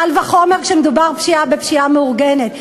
קל וחומר כשמדובר בפשיעה מאורגנת.